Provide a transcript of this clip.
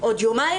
עוד יומיים?